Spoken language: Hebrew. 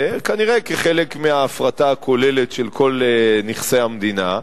כנראה כחלק מההפרטה הכוללת של כל נכסי המדינה,